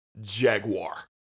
Jaguar